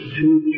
two